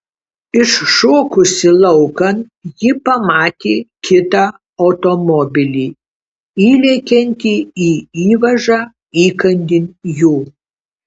iššokusi laukan ji pamatė kitą automobilį įlekiantį į įvažą įkandin jų